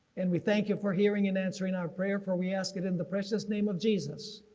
and we thank you for hearing and answering our prayer for we ask it in the precious name of jesus,